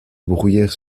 bruyères